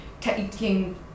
taking